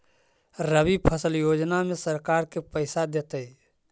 रबि फसल योजना में सरकार के पैसा देतै?